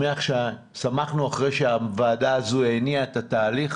שמחנו אחרי שהוועדה הזאת הניעה את התהליך